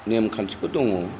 नेमखान्थिफोर दङ